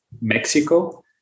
Mexico